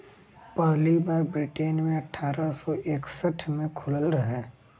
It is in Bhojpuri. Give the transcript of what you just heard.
पहली बार ब्रिटेन मे अठारह सौ इकसठ मे खुलल रहे